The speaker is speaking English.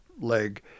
leg